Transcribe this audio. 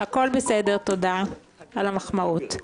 הכול בסדר, תודה על המחמאות.